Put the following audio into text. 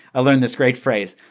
i learned this great phrase.